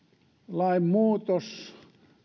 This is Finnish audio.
lainmuutos